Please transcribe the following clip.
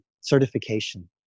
certification